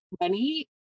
money